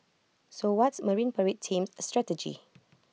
so what's marine parade team's strategy